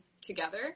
together